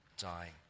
dying